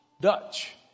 Dutch